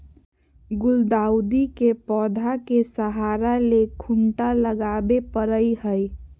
गुलदाऊदी के पौधा के सहारा ले खूंटा लगावे परई हई